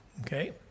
okay